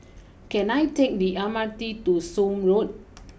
can I take the M R T to Somme Road